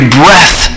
breath